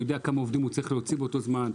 יודע כמה עובדים הוא צריך להוציא באותו זמן.